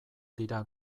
dira